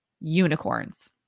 Unicorns